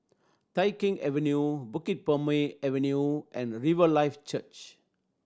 Tai Keng Avenue Bukit Purmei Avenue and Riverlife Church